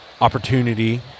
opportunity